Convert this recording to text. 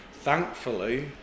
thankfully